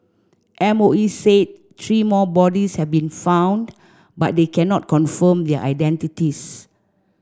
M O E said three more bodies have been found but they cannot confirm their identities